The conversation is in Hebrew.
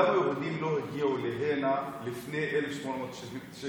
למה היהודים לא הגיעו הנה לפני 1897,